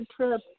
trip